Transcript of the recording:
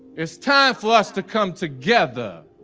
it's time for us to come together.